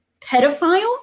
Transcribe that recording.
Pedophiles